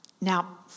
Now